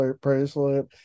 bracelet